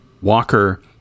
Walker